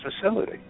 facility